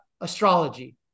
astrology